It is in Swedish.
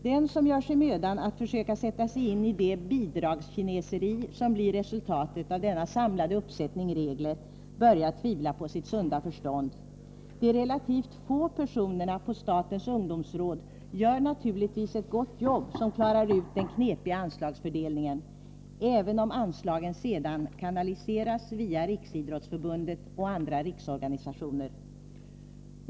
Den som gör sig mödan att försöka sätta sig in i det bidragskineseri som blir resultatet av denna samlade uppsättning regler, börjar tvivla på sitt sunda förstånd. De relativt få personerna på statens ungdomsråd gör naturligtvis ett gott jobb som klarar ut den knepiga anslagsfördelningen — även om anslagen sedan kanaliseras via Riksidrottsförbundet och andra riksorganisationer.